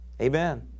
amen